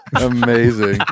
Amazing